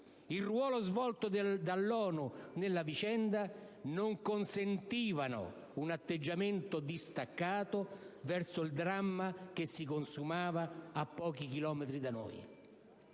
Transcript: il ruolo svolto dall'ONU nella vicenda non consentivano un atteggiamento distaccato verso il dramma che si consumava a pochi chilometri da noi.